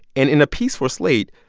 and in a piece for slate,